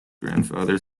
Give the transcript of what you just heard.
grandfather